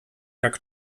jak